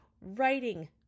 writing